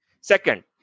Second